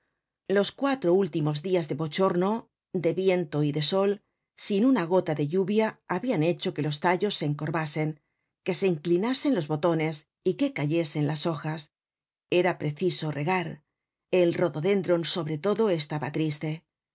los cuatro últimos dias de bochorno de viento y de sol sin una gota de lluvia habian hecho que los tallos se encorvasen que se inclinasen los botones y que cayesen las hojas era preciso regar el rhododendron sobre todo estaba triste el